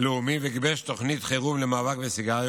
לאומי וגיבש תוכנית חירום למאבק בסיגריות,